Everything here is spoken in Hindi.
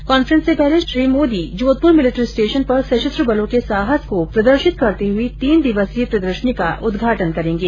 कांफ़ेंस से पहले श्री मोदी जोधपुर मिलिट्री स्टेशन पर सशस्त्र बलों के साहस को प्रदर्शित करती हुई तीन दिवसीय प्रदर्शनी का उद्घाटन करेंगे